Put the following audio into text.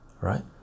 right